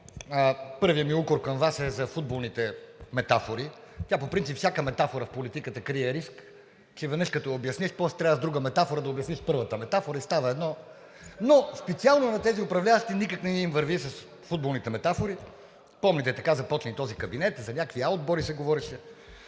първият ми укор към Вас е за футболните метафори. Тя по принцип всяка метафора в политиката крие риск – веднъж като я обясниш, после трябва с друга метафора да обясниш първата метафора, и става едно... Но специално на тези управляващи никак не им върви с футболните метафори. Помните, така започна и този кабинет – за някакви А отбори се говореше.